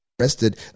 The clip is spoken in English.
arrested